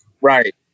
Right